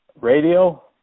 Radio